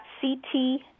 c-t